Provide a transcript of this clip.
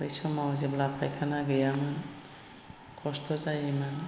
बै समाव जेब्ला फाइखाना गैयामोन खस्थ' जायोमोन